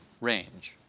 range